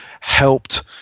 helped